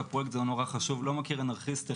הפרויקט והוא נורא חשוב אני לא מכיר אנרכיסט,